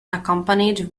accompanied